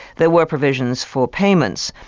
there were provisions for payments.